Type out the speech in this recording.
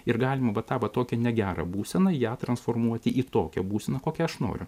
ir galima va tą va tokią negerą būseną ją transformuoti į tokią būseną kokią aš noriu